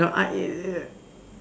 now I err